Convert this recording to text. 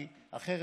כי אחרת,